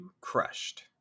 Crushed